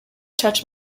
touch